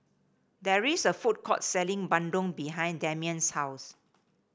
there is a food court selling bandung behind Damion's house